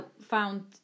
found